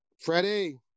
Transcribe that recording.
Freddie